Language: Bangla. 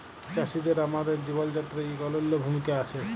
চাষীদের আমাদের জীবল যাত্রায় ইক অলল্য ভূমিকা আছে